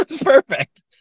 perfect